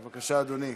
בבקשה, אדוני.